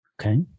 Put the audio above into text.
Okay